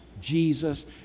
Jesus